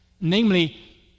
Namely